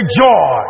joy